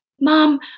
Mom